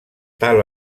tal